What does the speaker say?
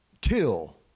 till